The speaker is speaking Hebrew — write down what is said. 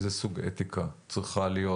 איזה סוג אתיקה צריכה להיות.